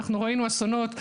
אנחנו ראינו אסונות,